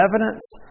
evidence